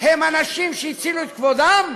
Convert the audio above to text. הם אנשים שהצילו את כבודם,